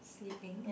sleeping